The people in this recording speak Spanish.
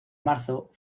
marzo